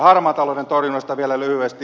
harmaan talouden torjunnasta vielä lyhyesti